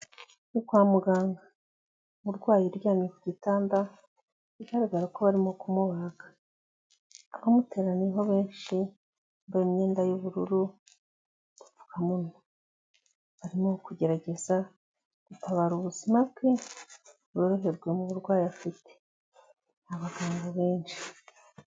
Ni kwa muganga, umurwayi uryamye ku gitanda bigaragara ko barimo kumubaga. Abamuteraniyeho benshi bambaye imyenda y'ubururu n'udupfukamunwa. Barimo kugerageza gutabara ubuzima bwe ngo yorohejwe n'uburwayi afite. Ni abaganga benshi.